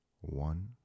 One